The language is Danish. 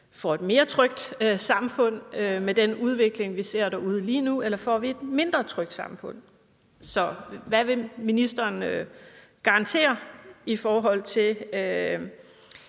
får et mere trygt samfund med den udvikling, vi ser derude lige nu, eller at vi får et mindre trygt samfund? Hvad vil ministeren garantere i forhold til